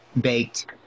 baked